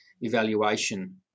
evaluation